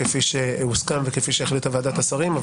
כפי שהוסכם וכפי שהחליטה ועדת השרים.